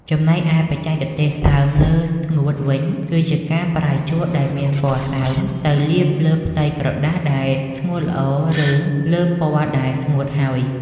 ចំណែកឯបច្ចេកទេសសើមលើស្ងួតវិញគឺជាការប្រើជក់ដែលមានពណ៌សើមទៅលាបលើផ្ទៃក្រដាសដែលស្ងួតល្អ ឬ លើពណ៌ដែលស្ងួតហើយ។